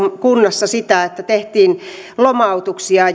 kunnassa sitä että tehtiin lomautuksia